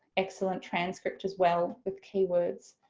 excellent transcript as well. with keywords,